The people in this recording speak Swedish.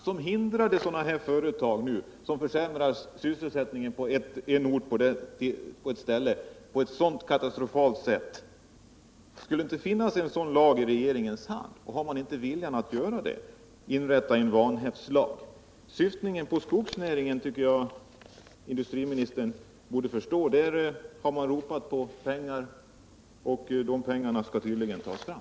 Borde inte regeringen lägga fram förslag till en lagstiftning som hindrar företag att på ett så katastrofalt sätt försämra sysselsättningen på en ort? Har inte regeringen viljan att få till stånd en vanhävdslag på detta område? Syftningen på skogsnäringen tycker jag industriministern borde förstå. Där har man ropat på pengar, och de pengarna skall tydligen tas fram.